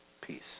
Peace